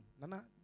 Nana